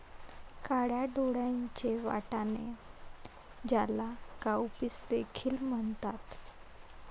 काळ्या डोळ्यांचे वाटाणे, ज्याला काउपीस देखील म्हणतात